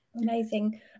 amazing